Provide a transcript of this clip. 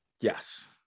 yes